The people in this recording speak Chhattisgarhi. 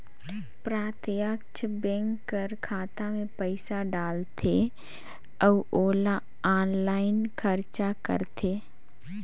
प्रत्यक्छ बेंक कर खाता में पइसा डालथे अउ ओला आनलाईन खरचा करथे